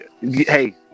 hey